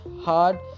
hard